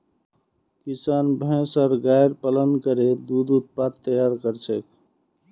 किसान भैंस आर गायर पालन करे दूध उत्पाद तैयार कर छेक